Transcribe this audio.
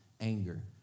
anger